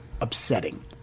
upsetting